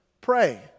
Pray